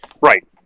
Right